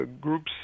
groups